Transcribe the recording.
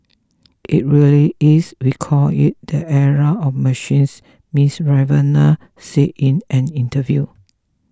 it really is we call it the era of machines Miss Rivera said in an interview